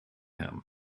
him